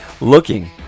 looking